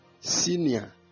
senior